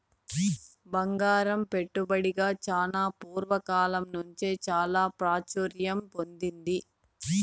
బంగారం పెట్టుబడిగా చానా పూర్వ కాలం నుంచే చాలా ప్రాచుర్యం పొందింది